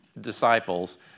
disciples